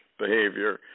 behavior